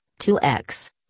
2x